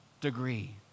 degree